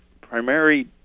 primary